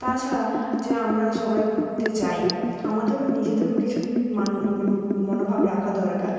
তাছাড়া যে আমরা সবাই ঘুরতে যাই আমাদেরও নিজেদেরও কিছু মনোভাব রাখা দরকার